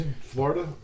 Florida